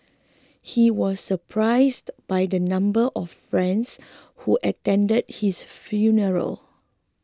he was surprised by the number of friends who attended his funeral